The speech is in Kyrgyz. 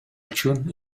үчүн